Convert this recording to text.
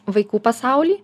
vaikų pasaulį